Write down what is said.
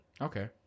Okay